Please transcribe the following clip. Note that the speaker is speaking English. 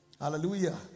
Hallelujah